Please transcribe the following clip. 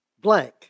blank